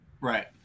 right